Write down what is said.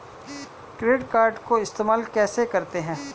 Credit card को इस्तेमाल कैसे करते हैं?